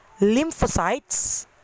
lymphocytes